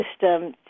system